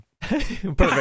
Perfect